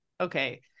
okay